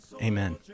Amen